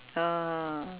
uh